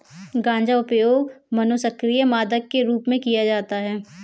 गांजा उपयोग मनोसक्रिय मादक के रूप में किया जाता है